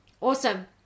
Awesome